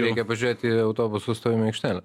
reikia pažiūrėt į autobusų stovėjimo aikštelę